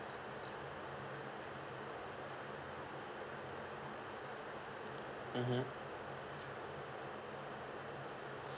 mmhmm